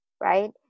right